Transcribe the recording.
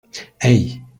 hey